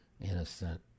innocent